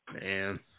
man